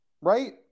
right